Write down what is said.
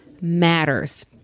matters